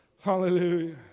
hallelujah